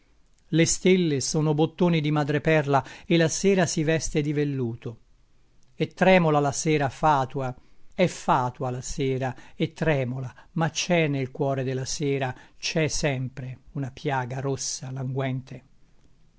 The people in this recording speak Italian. le stelle sono bottoni di madreperla e la sera si veste di velluto e tremola la sera fatua è fatua la sera e tremola ma c'è nel cuore della sera c'è sempre una piaga rossa languente